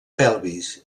pelvis